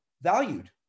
valued